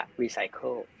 recycle